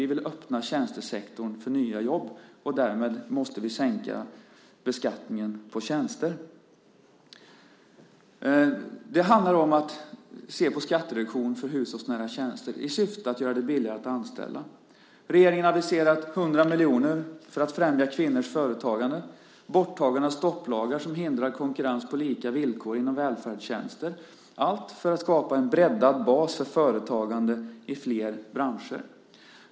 Vi vill öppna tjänstesektorn för nya jobb. Därmed måste vi sänka beskattningen på tjänster. Det handlar om att se på skattereduktion för hushållsnära tjänster i syfte att göra det billigare att anställa. Regeringen har aviserat 100 miljoner för att främja kvinnors företagande, och det handlar om borttagande av stopplagar som hindrar konkurrens på lika villkor inom välfärdstjänster - allt för att skapa en breddad bas för företagande i flera branscher.